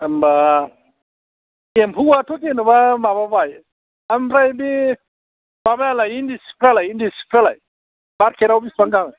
होनबा एम्फौवाथ' जेनेबा माबाबाय ओमफ्राय बे माबायालाय इन्दि सिफोरालाय मार्केट आव बेसेबां दाम